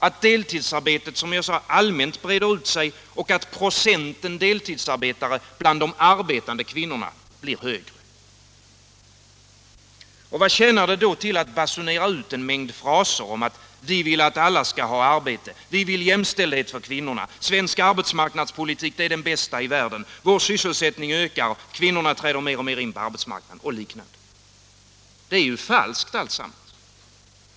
Att deltidsarbetet, som jag påpekade, allmänt breder ut sig och att procenten deltidsarbetare bland de arbetande kvinnorna blir högre. Vad tjänar det då till att basunera ut en mängd fraser: Vi vill att alla skall ha arbete, vi vill jämställdhet för kvinnorna, svensk arbetsmarknadspolitik är den bästa i världen, vår sysselsättning ökar och kvinnorna träder mer och mer in på arbetsmarknaden, och liknande. Det är ju falskt alltsammans.